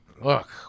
Look